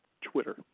Twitter